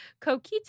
Coquito